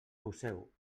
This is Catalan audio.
poseu